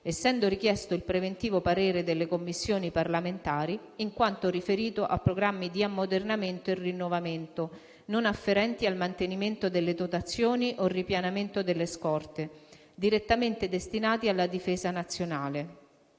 essendo richiesto il preventivo parere delle Commissioni parlamentari in quanto riferito a programmi di ammodernamento e rinnovamento non afferenti al mantenimento delle dotazioni o ripianamento delle scorte direttamente destinati alla difesa nazionale.